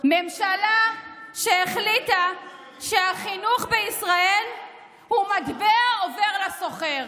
ממשלה שהחליטה שהחינוך בישראל הוא מטבע עובר לסוחר,